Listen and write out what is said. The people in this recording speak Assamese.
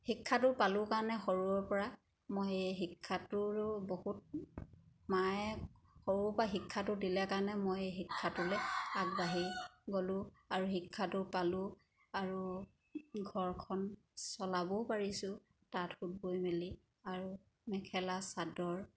শিক্ষাটো পালোঁ কাৰণে সৰুৰপৰা মই এই শিক্ষাটোৰো বহুত মায়ে সৰুৰপৰা শিক্ষাটো দিলে কাৰণে মই এই শিক্ষাটো লৈ আগবাঢ়ি গ'লোঁ আৰু শিক্ষাটো পালোঁ আৰু ঘৰখন চলাবও পাৰিছোঁ তাঁত সুত বৈ মেলি আৰু মেখেলা চাদৰ